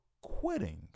quitting